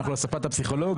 אנחנו על ספת הפסיכולוג?